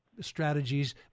strategies